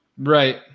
Right